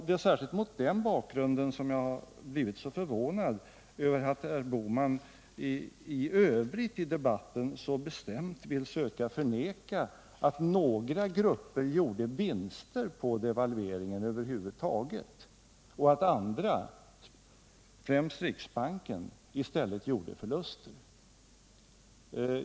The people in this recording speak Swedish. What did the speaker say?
Det är särskilt mot den bakgrunden som jag blivit så förvånad över att herr Bohman i debatter i övrigt så bestämt vill söka förneka att några grupper gjorde vinster över huvud taget på devalveringen och att andra, främst riksbanken, i stället gjorde förluster.